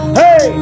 hey